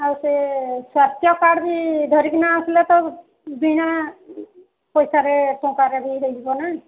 ଆଉ ସେ ସ୍ୱାସ୍ଥ୍ୟ କାର୍ଡ଼ ବି ଧରିକିନା ଆସ୍ଲେ ତ ବିନା ପଇସାରେ ଟଙ୍କାରେ ବି ହେଇଯିବ ନା